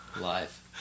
live